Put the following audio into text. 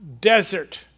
desert